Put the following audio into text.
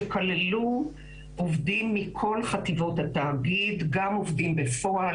שכללו עובדים מכל חטיבות התאגיד - גם עובדים בפועל,